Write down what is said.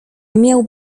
miał